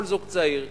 כל זוג צעיר,